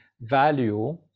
value